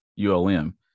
ULM